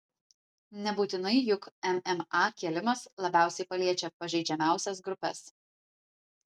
nebūtinai juk mma kėlimas labiausiai paliečia pažeidžiamiausias grupes